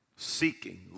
Seeking